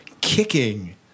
kicking